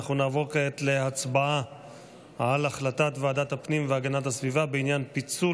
אנחנו נעבור כעת להצבעה על החלטת ועדת הפנים והגנת הסביבה בעניין פיצול